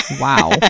Wow